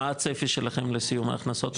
מה הצפי שלכם לסיום ההכנסות?